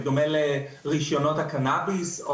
בדומה לרישיונות הקנאביס,